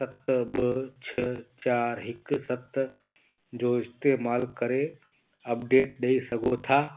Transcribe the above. सत ॿ छह चार हिकु सत जो इस्तेमालु करे अपडेट ॾई सघो था